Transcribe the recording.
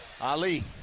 Ali